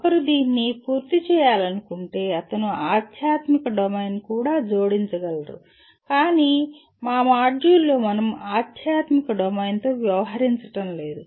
ఒకరు దీన్ని పూర్తి చేయాలనుకుంటే అతను ఆధ్యాత్మిక డొమైన్ను కూడా జోడించగలరు కానీ మా మాడ్యూల్లో మనం ఆధ్యాత్మిక డొమైన్తో వ్యవహరించడం లేదు